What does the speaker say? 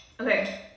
Okay